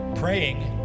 Praying